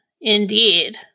Indeed